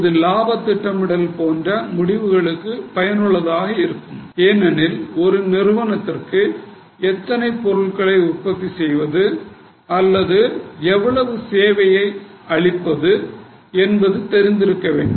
இது லாப திட்டமிடல் போன்ற முடிவுகளுக்கு பயனுள்ளதாக இருக்கும் ஏனெனில் ஒரு நிறுவனத்திற்கு எத்தனை பொருட்களை உற்பத்தி செய்வது அல்லது எவ்வளவு சேவை வழங்குவது என்பது தெரிந்திருக்க வேண்டும்